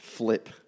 flip